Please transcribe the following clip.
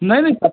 नहीं नहीं सब